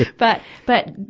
but, but,